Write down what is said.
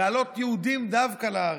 להעלות דווקא יהודים לארץ,